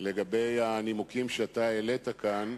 לגבי הנימוקים שהעלית כאן,